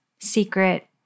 secret